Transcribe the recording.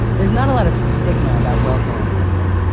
there's not a lot of stigma about welfare in finland.